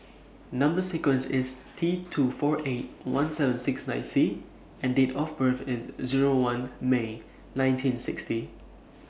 Number sequence IS T two four eight one seven six nine C and Date of birth IS Zero one May nineteen sixty